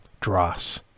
dross